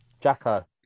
Jacko